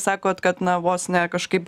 sakot kad na vos ne kažkaip